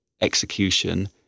execution